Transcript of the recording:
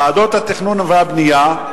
ועדות התכנון והבנייה,